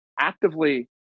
actively